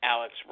Alex